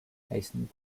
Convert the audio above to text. heißen